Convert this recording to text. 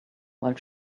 while